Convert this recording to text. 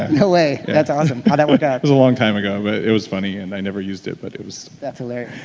no way. that's awesome. how'd that work out? it was a long time ago, but it it was funny and i never used it but it that's hilarious